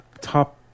top